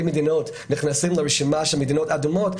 מדינות נכנסות לרשימה של מדינות אדומות,